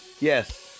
Yes